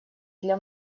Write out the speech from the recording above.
для